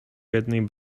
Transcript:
jednej